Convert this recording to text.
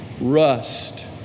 rust